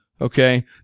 Okay